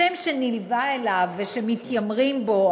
השם שנלווה אליו ושמתיימרים בו,